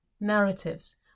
narratives